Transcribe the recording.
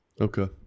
Okay